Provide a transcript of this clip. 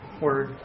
Word